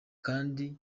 kandi